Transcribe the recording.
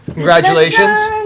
congratulations!